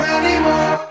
anymore